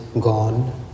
gone